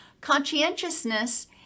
conscientiousness